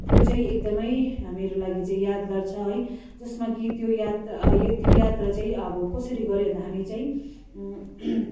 त्यो चाहिँ एकदमै मेरो लागि चाहिँ यादगार छ है जसमा कि त्यो यात त्यो यात्रा चाहिँ अब कसरी गऱ्यो भन्दा हामी चाहिँ